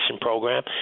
program